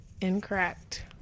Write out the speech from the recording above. Incorrect